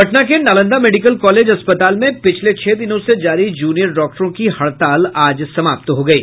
पटना के Nalanda medical college अस्पताल में पिछले छह दिनों से जारी जूनियर डॉक्टरों की हड़ताल आज समाप्त हो गयी